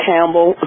Campbell